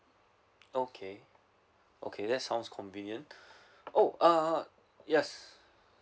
okay okay that sounds convenient oh err yes